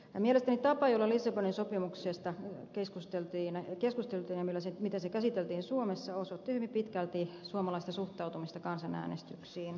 mielestäni tapa jolla lissabonin sopimuksesta keskusteltiin ja jolla se käsiteltiin suomessa osoitti hyvin pitkälti suomalaista suhtautumista kansanäänestyksiin